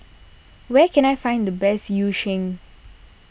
where can I find the best Yu Sheng